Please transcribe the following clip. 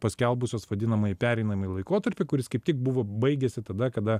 paskelbusios vadinamąjį pereinamąjį laikotarpį kuris kaip tik buvo baigėsi tada kada